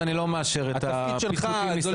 אז אני לא מאשר את הפטפוטים מסביב.